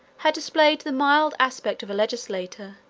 had displayed the mild aspect of a legislator,